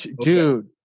dude